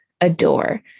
adore